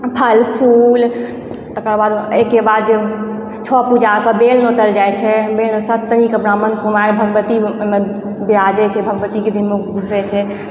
फल फ़ूल तकर बाद एहिके बाद जे छओ पूजा के बेल नोतल जाइ छै फेर सप्तमी के ब्राह्मण कुमारि भगवतीमे विराजै छै भगवतीके दिनमे घुसै छै